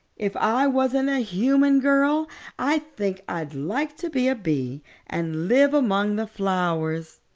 if i wasn't a human girl i think i'd like to be a bee and live among the flowers.